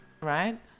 Right